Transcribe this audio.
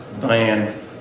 Diane